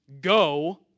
go